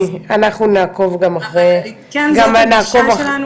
אנחנו נעקוב גם אחרי --- זאת הגישה שלנו